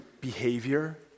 behavior